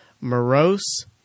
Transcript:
morose